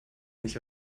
nicht